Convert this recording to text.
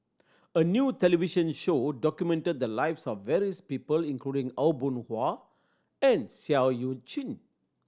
a new television show documented the lives of various people including Aw Boon Haw and Seah Eu Chin